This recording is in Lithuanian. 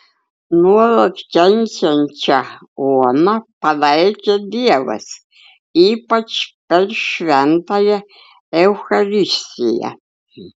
nuolat kenčiančią oną palaikė dievas ypač per šventąją eucharistiją